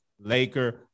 Laker